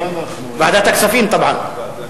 ועדת הכספים, טבען.